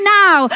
now